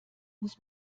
muss